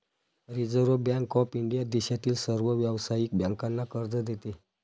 reserve bank of India देशातील सर्व व्यावसायिक बँकांना कर्ज देते